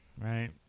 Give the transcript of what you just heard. Right